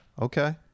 Okay